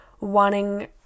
wanting